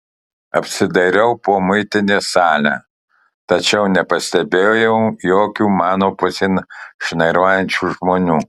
apsidairiau po muitinės salę tačiau nepastebėjau jokių mano pusėn šnairuojančių žmonių